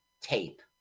tape